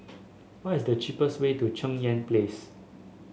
what is the cheapest way to Cheng Yan Place